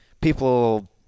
people